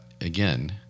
again